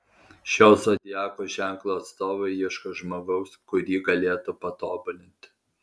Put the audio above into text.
šio zodiako ženklo atstovai ieško žmogaus kurį galėtų patobulinti